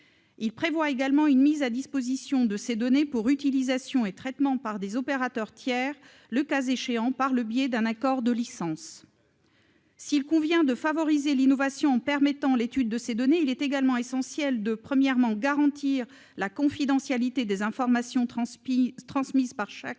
Il prévoit également une mise à disposition de ces données pour utilisation et traitement par des opérateurs tiers, le cas échéant par le biais d'un accord de licence. S'il convient de favoriser l'innovation en permettant l'étude de ces données, il est également essentiel, d'une part, de garantir la confidentialité des informations transmises par chaque